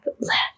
left